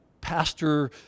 pastor